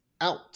out